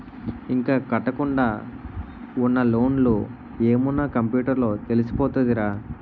ఇంకా కట్టకుండా ఉన్న లోన్లు ఏమున్న కంప్యూటర్ లో తెలిసిపోతదిరా